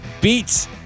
beats